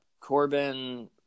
Corbin